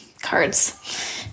cards